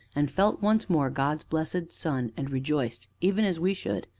and felt once more god's blessed sun, and rejoiced even as we should.